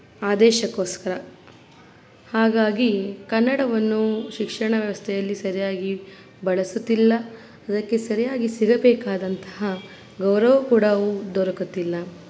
ಆದೇಶಕ್ಕೋಸ್ಕರ ಹಾಗಾಗಿ ಕನ್ನಡವನ್ನು ಶಿಕ್ಷಣ ವ್ಯವಸ್ಥೆಯಲ್ಲಿ ಸರಿಯಾಗಿ ಬಳಸುತ್ತಿಲ್ಲ ಅದಕ್ಕೆ ಸರಿಯಾಗಿ ಸಿಗಬೇಕಾದಂತಹ ಗೌರವ ಕೂಡ ದೊರಕುತ್ತಿಲ್ಲ